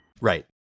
Right